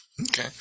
Okay